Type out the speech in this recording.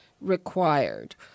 required